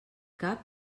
cap